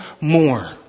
more